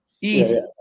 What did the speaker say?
easy